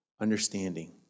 understanding